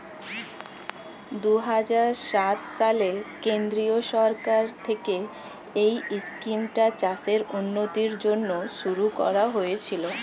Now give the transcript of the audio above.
দুহাজার সাত সালে কেন্দ্রীয় সরকার থেকে এই স্কিমটা চাষের উন্নতির জন্য শুরু করা হয়েছিল